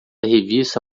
revista